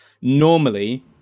Normally